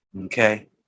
okay